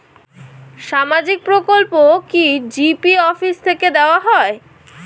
সামাজিক প্রকল্প কি জি.পি অফিস থেকে দেওয়া হয়?